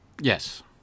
Yes